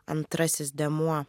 antrasis dėmuo